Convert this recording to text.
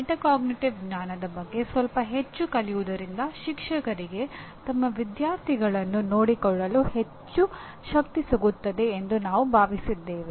metacognitive ಜ್ಞಾನದ ಬಗ್ಗೆ ಸ್ವಲ್ಪ ಹೆಚ್ಚು ಕಲಿಯುವುದರಿಂದ ಶಿಕ್ಷಕರಿಗೆ ತಮ್ಮ ವಿದ್ಯಾರ್ಥಿಗಳನ್ನು ನೋಡಿಕೊಳ್ಳಲು ಹೆಚ್ಚು ಶಕ್ತಿ ಸಿಗುತ್ತದೆ ಎಂದು ನಾವು ಭಾವಿಸಿದ್ದೇವೆ